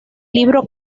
libro